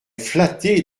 flatté